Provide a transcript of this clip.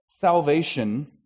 salvation